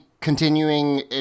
continuing